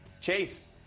Chase